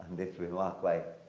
this remark by,